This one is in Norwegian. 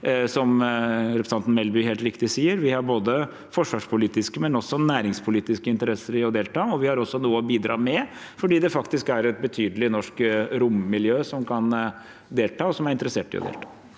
Som representanten Melby helt riktig sier, har vi både forsvarspolitiske og næringspolitiske interesser i å delta, og vi har også noe å bidra med, for det er faktisk et betydelig norsk rommiljø som kan delta, og som er interessert i det.